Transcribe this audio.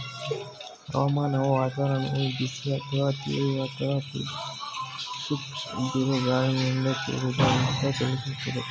ಹವಾಮಾನವು ವಾತಾವರಣವು ಬಿಸಿ ಅಥವಾ ತೇವ ಅಥವಾ ಶುಷ್ಕ ಬಿರುಗಾಳಿಯಿಂದ ಕೂಡಿದೆ ಅಂತ ತಿಳಿಸ್ತದೆ